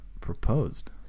proposed